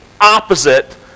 opposite